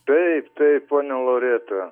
taip taip ponia loreta